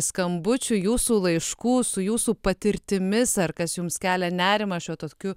skambučių jūsų laiškų su jūsų patirtimis ar kas jums kelia nerimą šio tokiu